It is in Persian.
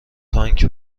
تانک